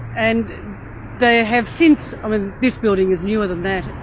and they have since i mean this building was newer than that,